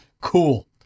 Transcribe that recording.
Cool